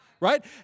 Right